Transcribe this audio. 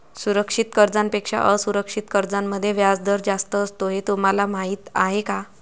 सुरक्षित कर्जांपेक्षा असुरक्षित कर्जांमध्ये व्याजदर जास्त असतो हे तुम्हाला माहीत आहे का?